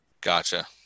Gotcha